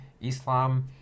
Islam